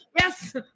yes